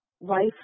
life –